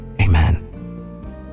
amen